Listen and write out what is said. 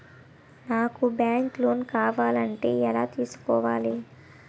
నాకు bike loan కావాలంటే ఎలా తీసుకోవాలి?